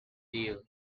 deal